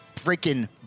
freaking